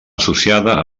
associada